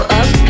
up